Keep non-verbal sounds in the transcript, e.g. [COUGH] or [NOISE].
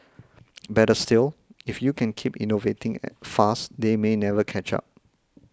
better still if you can keep innovating [NOISE] fast they may never catch up